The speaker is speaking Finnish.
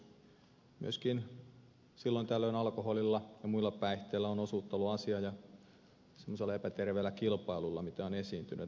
myöskin silloin tällöin alkoholilla ja muilla päihteillä on osuutta ollut asiaan ja semmoisella epäterveellä kilpailulla mitä on esiintynyt